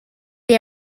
they